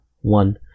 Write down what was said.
one